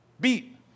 Beat